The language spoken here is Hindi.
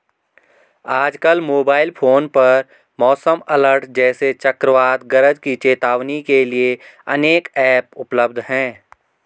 आजकल मोबाइल फोन पर मौसम अलर्ट जैसे चक्रवात गरज की चेतावनी के लिए अनेक ऐप उपलब्ध है